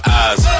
eyes